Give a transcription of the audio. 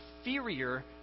inferior